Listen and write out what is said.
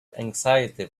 anxiety